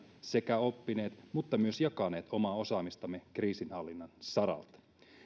sekä oppineet mutta myös jakaneet omaa osaamistamme kriisinhallinnan saralta